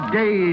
day